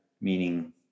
meaning